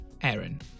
Aaron